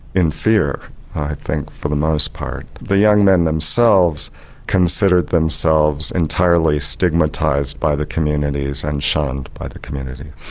in fear i think for the most part. the young men themselves considered themselves entirely stigmatised by the communities and shunned by the community.